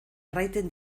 erraiten